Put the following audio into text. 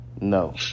no